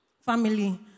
family